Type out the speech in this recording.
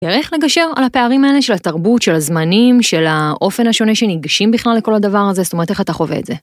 ... איך לגשר על הפערים האלה של התרבות, של הזמנים, של האופן השונה שניגשים בכלל לכל הדבר הזה, זאת אומרת איך אתה חווה את זה.